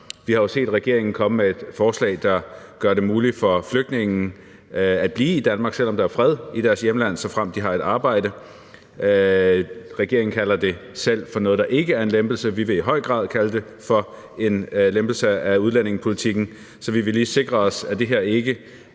Vi har jo set regeringen komme med et forslag, der gør det muligt for flygtninge at blive i Danmark, selv om der er fred i deres hjemland, såfremt de har et arbejde. Regeringen kalder det selv for noget, der ikke er en lempelse, men vi vil i høj grad kalde det for en lempelse af udlændingepolitikken. Så vi vil lige sikre os, at det her ikke